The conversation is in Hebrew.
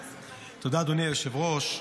תודה, אדוני היושב-ראש.